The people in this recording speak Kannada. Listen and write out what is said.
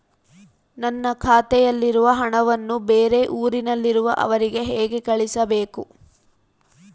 ನನ್ನ ಖಾತೆಯಲ್ಲಿರುವ ಹಣವನ್ನು ಬೇರೆ ಊರಿನಲ್ಲಿರುವ ಅವರಿಗೆ ಹೇಗೆ ಕಳಿಸಬೇಕು?